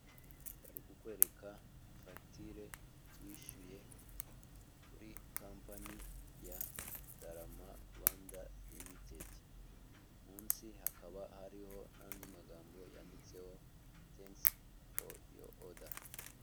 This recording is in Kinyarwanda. Bari kukwereka fagitire wishyuye kuri kampani ya Tarama Rwanda Limited, munsi hakaba hariho n'andi magambo yanditseho tenkisi foru yo oda.